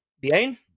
Bien